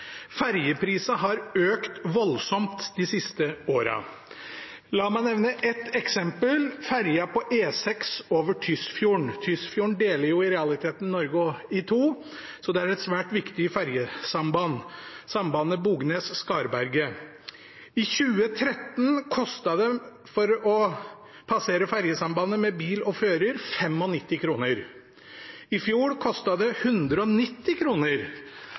ferjeprisene har økt voldsomt de siste årene. La meg nevne ett eksempel, det gjelder ferjen på E6 over Tysfjorden. Tysfjorden deler i realiteten Norge i to, så sambandet Bognes–Skarberget er et svært viktig ferjesamband. I 2013 kostet det 95 kr å passere ferjesambandet med bil og fører, mens i fjor kostet det 190